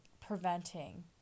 preventing